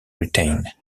retained